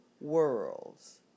worlds